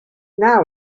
now